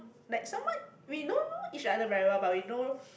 like somewhat we don't know each other very well but we know